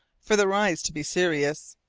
for the rise to be serious.